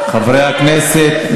חברי הכנסת,